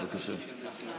בבקשה.